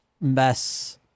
mess